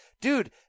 Dude